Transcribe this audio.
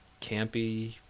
campy